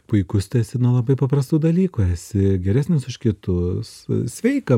puikus tęsiasi nuo labai paprastų dalykų esi geresnis už kitus sveika